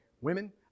Women